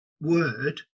word